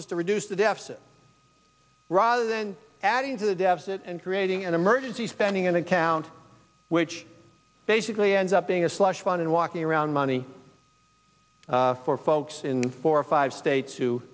is to reduce the deficit rather than adding to the deficit and creating an emergency spending account which basically ends up being a slush fund and walking around money for folks in four or five states who